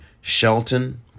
Shelton